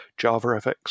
JavaFX